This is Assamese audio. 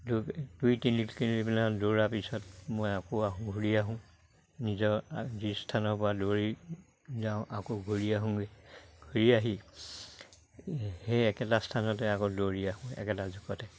দুই দুই তিনি কিলোমিটাৰমান দৌৰাৰ পিছত মই আকৌ আহোঁ ঘূৰি আহোঁ নিজৰ যি স্থানৰ পৰা দৌৰি যাওঁ আকৌ ঘূৰি আহোঁগে ঘূৰি আহি সেই একেটা স্থানতে আকৌ দৌৰি আহোঁ একেটা জেগাতে